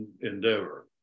endeavor